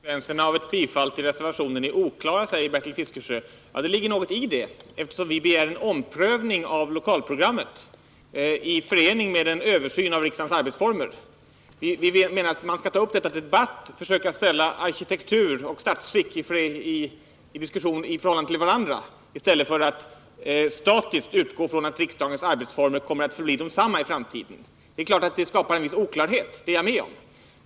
Herr talman! Konsekvenserna av ett bifall till reservationen är oklara, säger Bertil Fiskesjö. Ja, det ligger något i det, eftersom vi begär en omprövning av lokalprogrammet i förening med en översyn av riksdagens arbetsformer. Vi menar att man skall ta upp dessa frågor till debatt och försöka diskutera arkitektur och statsskick i förhållande till varandra i stället för att statiskt utgå från att riksdagens arbetsformer kommer att förbli desamma i framtiden. Det är klart att det skapar en viss oklarhet — det håller jag med om.